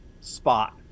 Spot